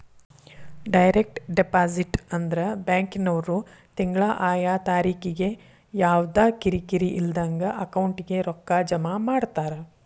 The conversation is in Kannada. ಡೈರೆಕ್ಟ್ ಡೆಪಾಸಿಟ್ ಅಂದ್ರ ಬ್ಯಾಂಕಿನ್ವ್ರು ತಿಂಗ್ಳಾ ಆಯಾ ತಾರಿಕಿಗೆ ಯವ್ದಾ ಕಿರಿಕಿರಿ ಇಲ್ದಂಗ ಅಕೌಂಟಿಗೆ ರೊಕ್ಕಾ ಜಮಾ ಮಾಡ್ತಾರ